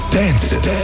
dancing